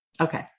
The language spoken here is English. Okay